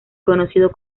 conocido